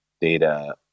data